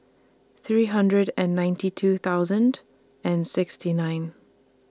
three hundred and ninety two thousand and sixty nine